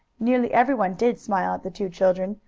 nearly every one did smile at the two children,